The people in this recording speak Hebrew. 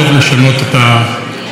העתיד שלהם.